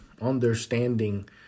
understanding